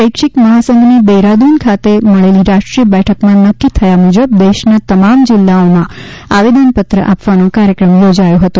શૈક્ષિક મહાસંઘની દહેરાદૂન ખાતે મળેલી રાષ્ટ્રીય બેઠકમાં નક્કી થયા મુજબ દેશના તમામ જિલ્લાઓમાં આવેદનપત્ર આપવાનો કાર્યક્રમ યોજાયો હતો